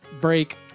break